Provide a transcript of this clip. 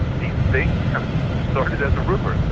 these things kind of started as a rumour,